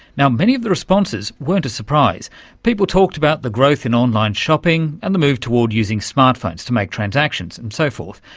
many of the responses weren't a surprise people talked about the growth in online shopping and the move toward using smart phones to make transactions, and so forth.